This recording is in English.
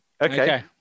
Okay